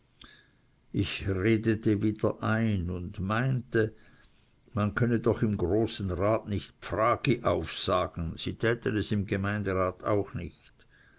ich redete wieder ein und meinte man könne doch im großen rat nicht dfragi aufsagen sie täten es im gemeindrat auch nicht